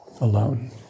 alone